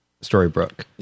Storybrooke